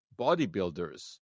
Bodybuilders